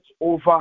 over